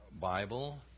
Bible